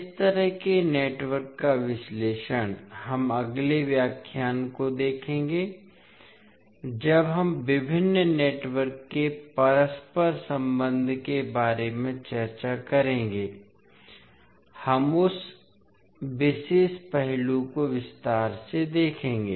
इस तरह के नेटवर्क का विश्लेषण हम अगले व्याख्यान को देखेंगे जब हम विभिन्न नेटवर्क के परस्पर संबंध के बारे में चर्चा करेंगे हम उस विशेष पहलू को विस्तार से देखेंगे